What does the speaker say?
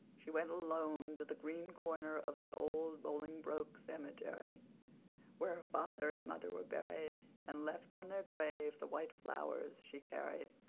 she went alone to the green corner of the old bolingbroke cemetery where her father and mother were buried, and left on their grave the white flowers she carried.